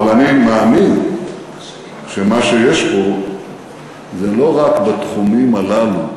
אבל אני מאמין שמה שיש פה זה לא רק בתחומים הללו,